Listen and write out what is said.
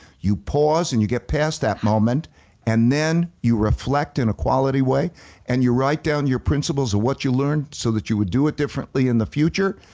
you pause and you get past that moment and then you reflect in a quality way and you write down your principles and what you learned so that you would do it differently in the future,